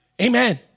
Amen